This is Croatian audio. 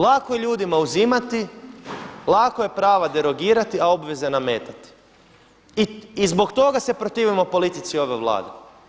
Lako je ljudima uzimati, lako je prava derogirati, a obveze nametati i zbog toga se protivimo politici ove Vlade.